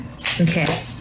okay